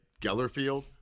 Gellerfield